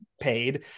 paid